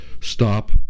stop